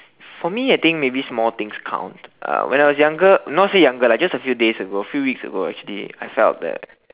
for me I think maybe small things count uh when I was younger not say younger lah just a few days ago few weeks ago actually I felt that